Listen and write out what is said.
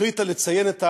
החליטה לציין את